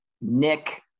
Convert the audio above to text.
Nick